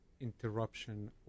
interruption